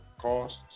costs